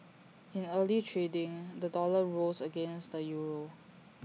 in early trading the dollar rose against the euro